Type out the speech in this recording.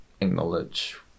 acknowledge